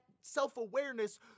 self-awareness